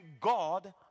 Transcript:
God